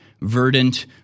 verdant